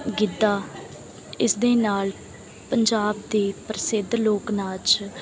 ਗਿੱਧਾ ਇਸ ਦੇ ਨਾਲ ਪੰਜਾਬ ਦੇ ਪ੍ਰਸਿੱਧ ਲੋਕ ਨਾਚ